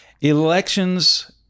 Elections